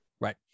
Right